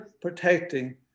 protecting